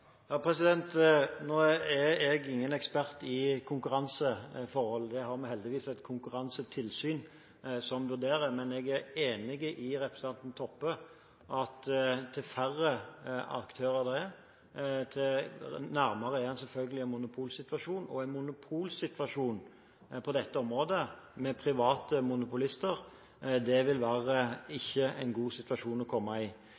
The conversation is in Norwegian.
Nå er jeg ingen ekspert i konkurranseforhold, det har vi heldigvis et konkurransetilsyn som vurderer, men jeg er enig med representanten Toppe i at til færre aktører det er, til nærmere er man selvfølgelig en monopolsituasjon. Og en monopolsituasjon på dette området, med private monopolister, vil ikke være en god situasjon å komme i.